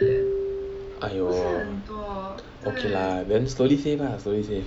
!aiyo! okay lah then slowly save lah slowly save